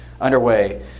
underway